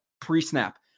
pre-snap